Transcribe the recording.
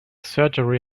surgery